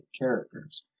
characters